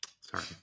Sorry